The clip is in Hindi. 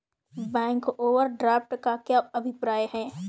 बैंक ओवरड्राफ्ट का क्या अभिप्राय है?